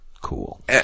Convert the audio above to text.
Cool